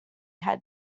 had